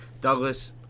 Douglas